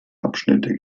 abschnitte